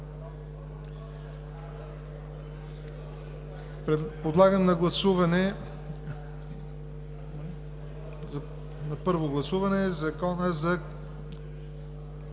Подлагам на първо гласуване Закон за